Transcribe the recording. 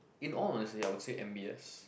in all honestly I would say M_B_S